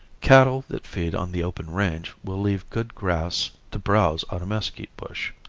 cattle that feed on the open range will leave good grass to browse on a mesquite bush.